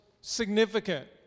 significant